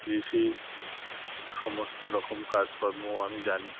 কৃষি সমস্ত রকম কাজকর্ম আমি জানি